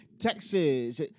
Texas